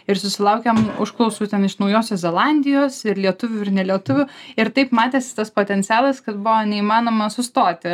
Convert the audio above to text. ir susilaukėm užklausų ten iš naujosios zelandijos ir lietuvių ir ne lietuvių ir taip matėsi tas potencialas kad buvo neįmanoma sustoti